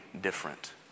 different